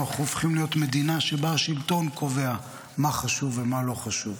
אנחנו הופכים להיות מדינה שבה השלטון קובע מה חשוב ומה לא חשוב,